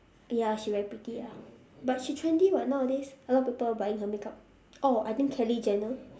ya she very pretty ah but she trendy [what] nowadays a lot of people buying her makeup orh I think kylie-jenner